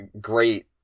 Great